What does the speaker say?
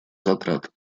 затрат